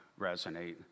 resonate